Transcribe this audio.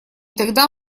тогда